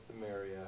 Samaria